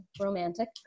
romantic